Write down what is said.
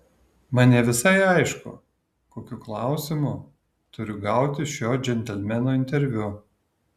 man ne visai aišku kokiu klausimu turiu gauti šio džentelmeno interviu